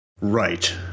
right